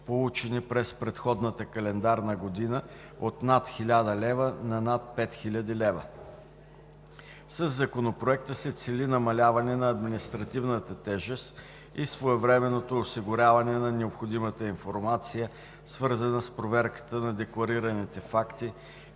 получени през предходната календарна година, от над 1000 лв. на над 5000 лв. Със Законопроекта се цели намаляване на административната тежест и своевременното осигуряване на необходимата информация, свързана с проверката на декларираните факти,